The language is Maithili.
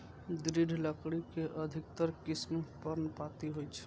दृढ़ लकड़ी के अधिकतर किस्म पर्णपाती होइ छै